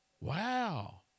Wow